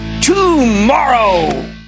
tomorrow